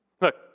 Look